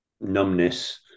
numbness